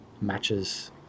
matches